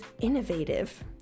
innovative